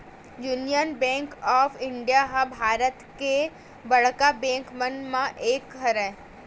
union Bank of India ह भारतीय के बड़का बेंक मन म एक हरय